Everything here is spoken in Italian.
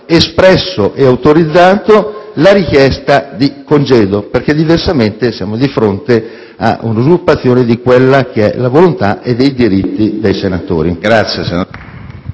espresso e autorizzato la richiesta di congedo, perché diversamente siamo di fronte a un'usurpazione della volontà e dei diritti dei senatori.